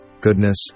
goodness